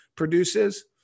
produces